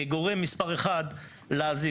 כגורם מספר אחד לעזיבה,